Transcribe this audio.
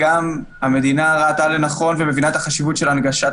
המדינה ראתה לנכון ומבינה את החשיבות של הנגשת